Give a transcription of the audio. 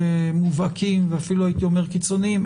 מובהקים ואפילו הייתי אומר קיצוניים,